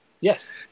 Yes